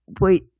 wait